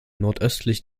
nordöstlich